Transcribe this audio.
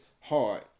hard